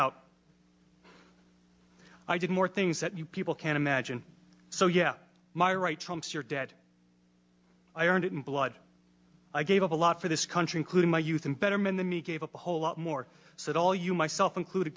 out i did more things that you people can imagine so yeah my right trumps your debt i earned it in blood i gave up a lot for this country including my youth and better men than me gave up a whole lot more so that all you myself included